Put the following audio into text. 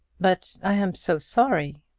but i am so sorry.